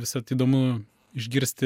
visad įdomu išgirsti